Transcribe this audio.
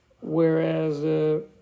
Whereas